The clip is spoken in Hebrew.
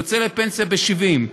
הוא יוצא לפנסיה בגיל 70,